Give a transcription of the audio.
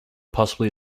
possibly